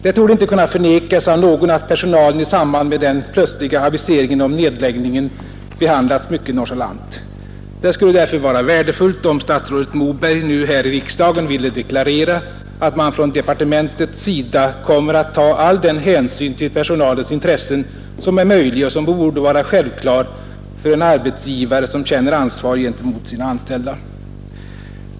Det torde inte kunna förnekas av någon, att personalen i samband med den plötsliga aviseringen om nedläggning behandlats mycket nonchalant. Det skulle därför vara värdefullt om statsrådet Moberg nu här i riksdagen ville deklarera, att man från departementets sida kommer att ta all den hänsyn till personalens intressen som är möjlig och som borde vara självklar för en arbetsgivare som känner ansvar gentemot sina anställda.